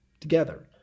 together